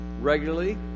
regularly